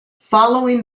following